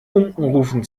unkenrufen